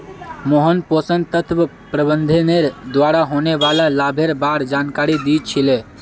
मोहन पोषण तत्व प्रबंधनेर द्वारा होने वाला लाभेर बार जानकारी दी छि ले